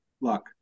luck